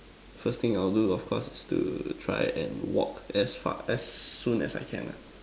first thing I will do of course is to try and walk as fast as soon as I can lah